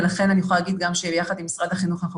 ולכן אני גם יכולה להגיד שיחד עם משרד החינוך אנחנו